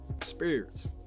spirits